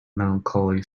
melancholy